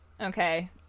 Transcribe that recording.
Okay